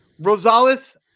rosales